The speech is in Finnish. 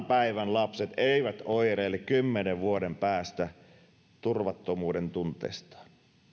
päivän lapset eivät oireile kymmenen vuoden päästä turvattomuudentunteestaan